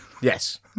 Yes